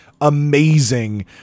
amazing